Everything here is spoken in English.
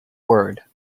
word